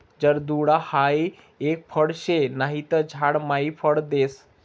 जर्दाळु हाई एक फळ शे नहि ते झाड मायी फळ देस